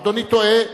אדוני טועה.